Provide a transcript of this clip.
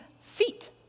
feet